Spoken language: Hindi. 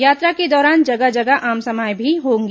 यात्रा के दौरान जगह जगह आमसभाएं भी होंगी